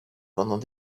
pendant